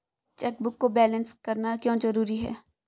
Chequebook को balance करना क्यों जरूरी है?